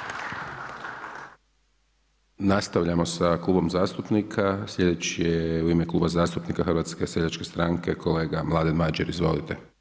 Nastavljamo sa klubom zastupnika, slijedeći je u ime Kluba zastupnika HSS-a kolega Mladen Madjer, izvolite.